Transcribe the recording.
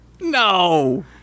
No